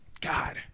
God